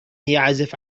يعزف